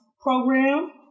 program